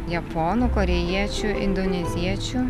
japonų korėjiečių indoneziečių